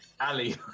Ali